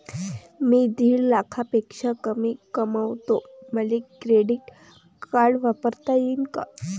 मी दीड लाखापेक्षा कमी कमवतो, मले क्रेडिट कार्ड वापरता येईन का?